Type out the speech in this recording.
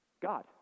God